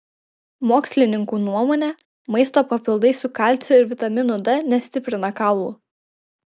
mokslininkų nuomone maisto papildai su kalciu ir vitaminu d nestiprina kaulų